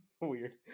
weird